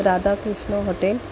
Radha Krishna hotel